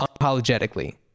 unapologetically